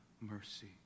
mercy